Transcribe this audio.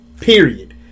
Period